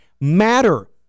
matter